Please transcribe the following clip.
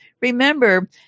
Remember